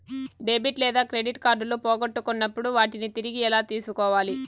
debit లేదా credit కార్డులు పోగొట్టుకున్నప్పుడు వాటిని తిరిగి ఎలా తీసుకోవాలి